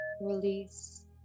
release